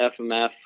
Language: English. FMF